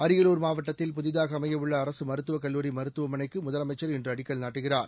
அரியலூர் மாவட்டத்தில் புதிதாக அமையவுள்ள அரசு மருத்துவக் கல்லூரி மருத்துவமனைக்கு முதலமைச்சர் இன்று அடிக்கல் நாட்டுகிறார்